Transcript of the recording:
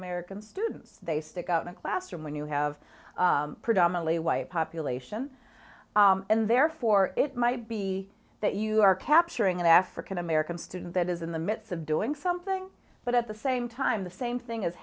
american students they stick out in a classroom when you have predominately white population and therefore it might be that you are capturing an african american student that is in the midst of doing something but at the same time the same thing is